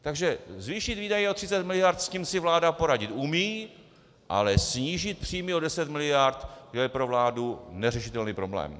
Takže zvýšit výdaje o 30 mld., s tím si vláda poradit umí, ale snížit příjmy o 10 mld., to je pro vládu neřešitelný problém.